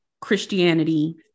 Christianity